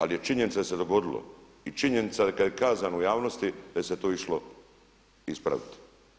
Ali je činjenica da se dogodilo i činjenica kada je kazano u javnosti da se to išlo ispraviti.